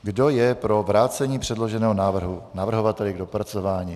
Kdo je pro vrácení předloženého návrhu navrhovateli k dopracování?